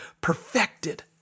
perfected